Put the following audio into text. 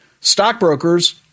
Stockbrokers